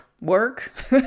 work